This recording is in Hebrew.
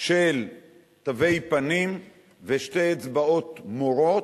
של תווי פנים ושתי אצבעות מורות,